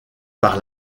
par